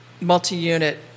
multi-unit